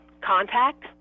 contact